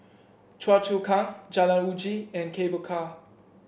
Choa Chu Kang Jalan Uji and Cable Car